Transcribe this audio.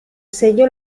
sello